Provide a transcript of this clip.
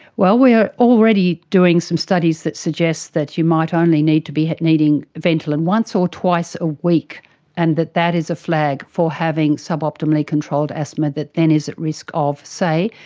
well, we are already doing some studies that suggests that you might only need to be needing ventolin once or twice a week and that that is a flag for having sub-optimally controlled asthma that then is at risk of, say,